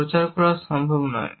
প্রচার করা সম্ভব নয়